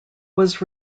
was